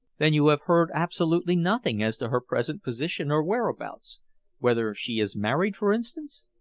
then you have heard absolutely nothing as to her present position or whereabouts whether she is married, for instance?